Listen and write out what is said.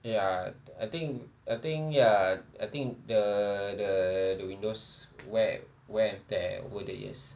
ya I think I think ya I think the the the windows wear wear and tear over the years